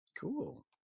cool